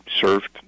served